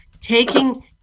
taking